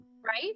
right